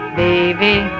baby